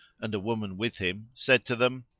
and a woman with him, said to them,